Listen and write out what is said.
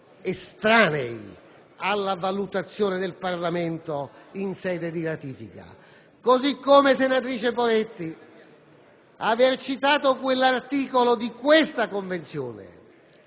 estranei alla valutazione del Parlamento in sede di ratifica. Allo stesso modo, senatrice Poretti, aver richiamato quell'articolo di questa Convenzione